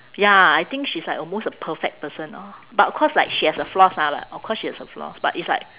ya I think she's like almost a perfect person orh but of course like she has her flaws ah like of course she has her flaws but it's like